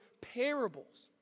parables